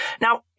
Now